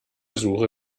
suche